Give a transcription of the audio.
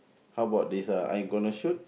how about this uh I gonna shoot